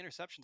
interceptions